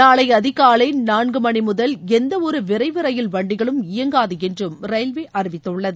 நாளை அதிகாலைநான்குமணிமுதல் எந்தஒருவிரைவு ரயில் வண்டிகளும் இயங்காதுஎன்றும் ரயில்வே அறிவித்துள்ளது